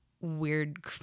weird